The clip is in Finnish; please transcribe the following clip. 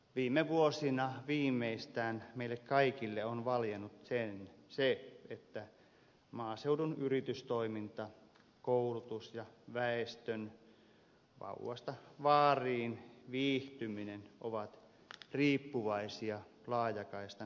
viime vuosina viimeistään meille kaikille on valjennut se että maaseudun yritystoiminta koulutus ja väestön viihtyminen vauvasta vaariin ovat riippuvaisia laajakaistan toimivuudesta